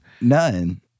None